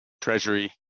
treasury